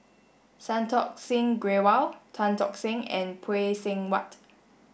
Santokh Singh Grewal Tan Tock Seng and Phay Seng Whatt